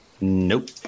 Nope